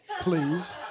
please